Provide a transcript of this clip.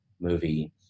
movie